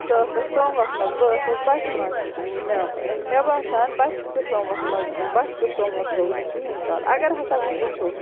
ژٕ ٲسٕکھ سوموَس مَنٛز بہٕ ٲسٕس بَسہِ مَنٛز مےٚ باسان بَسہِ تہٕ سوموَس مَنٛز بَسہِ تہٕ سوموَس لوگ نہٕ کِہِنۍ کال اگر ہَسا بہٕ وٕچھو